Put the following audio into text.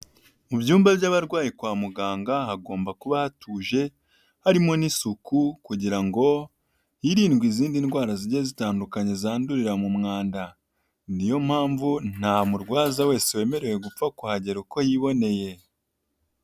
Mu byumba by'abarwayi kwa muganga hagomba kuba hatuje harimo n'isuku kugirango hirindwe izindi ndwara zigiye zitandukanye zandurira mu mwanda, niyo mpamvu nta murwaza wese wemerewe gupfa kuhagera uko yiboneye.